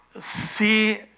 see